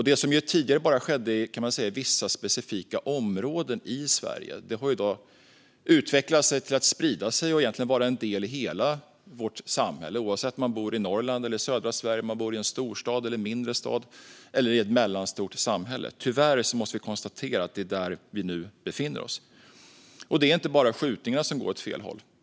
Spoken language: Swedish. Det som tidigare bara skedde i vissa specifika områden i Sverige har i dag spritt sig och utvecklat sig till att vara en del av hela vårt samhälle, oavsett om det gäller Norrland eller södra Sverige, storstäder, mindre städer eller mellanstora samhällen. Tyvärr måste vi konstatera att det är i detta läge vi befinner oss. Det är inte bara skjutningarna som utvecklas åt fel håll.